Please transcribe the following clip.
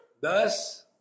Thus